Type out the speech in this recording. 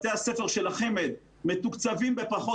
בתי הספר של החמ"ד מתוקצבים בפחות,